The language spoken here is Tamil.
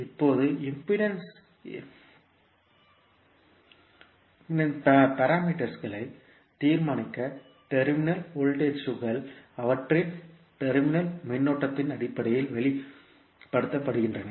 இப்போது இம்பிடேன்ஸ் இம்பிடேன்ஸ்களை தீர்மானிக்க டெர்மினல் வோல்ட்டேஜ் கள் அவற்றின் மின்னோட்டத்தின் அடிப்படையில் வெளிப்படுத்தப்படுகின்றன